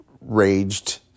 raged